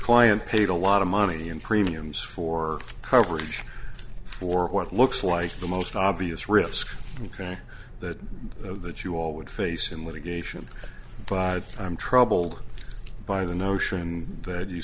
client paid a lot of money in premiums for coverage for what looks like the most obvious risk you can that of that you all would face in litigation but i'm troubled by the notion that you